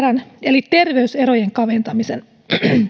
tärkeimmän päämäärän eli terveyserojen kaventamisen